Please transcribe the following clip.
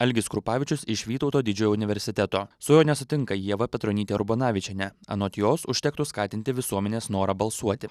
algis krupavičius iš vytauto didžiojo universiteto su juo nesutinka ieva petronytė urbonavičienė anot jos užtektų skatinti visuomenės norą balsuoti